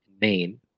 Maine